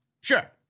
Sure